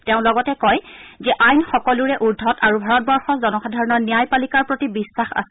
তেওঁ লগতে কয় যে আইন সকলোৰে উৰ্ধত আৰু ভাৰতবৰ্ষৰ জনসাধাৰণৰ ন্যায়পালিকাৰ প্ৰতি বিশ্বাস আছে